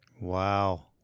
Wow